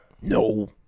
No